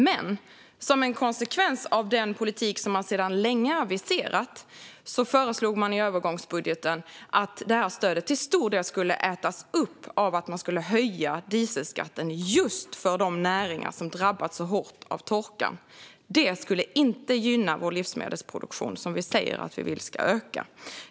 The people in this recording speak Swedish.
Men som en konsekvens av den politik som man sedan länge har aviserat föreslog man i övergångsbudgeten att stödet till stor del skulle ätas upp av en höjning av dieselskatten just för de näringar som har drabbats så hårt av torkan. Det skulle inte gynna vår livsmedelsproduktion, och vi säger ju att vi vill att den ska öka.